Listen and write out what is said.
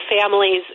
families